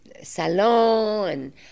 Salon